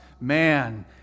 man